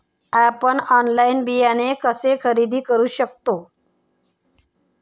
आपण ऑनलाइन बियाणे कसे खरेदी करू शकतो?